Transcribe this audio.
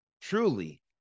Truly